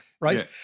right